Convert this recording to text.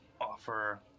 offer